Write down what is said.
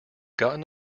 gotten